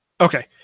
okay